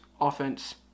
offense